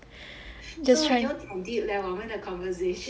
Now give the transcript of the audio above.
so 有点 deep leh 我们的 conversation